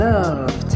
Love